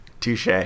Touche